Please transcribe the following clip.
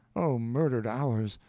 oh, murdered hours!